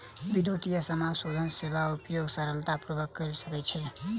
विद्युतीय समाशोधन सेवाक उपयोग सरलता पूर्वक कय सकै छै